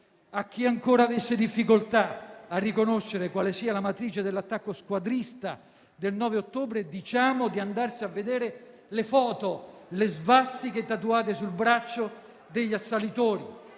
A chi ancora avesse difficoltà a riconoscere quale sia la matrice dell'attacco squadrista del 9 ottobre, diciamo di andare a vedere le foto, le svastiche tatuate sul braccio degli assalitori.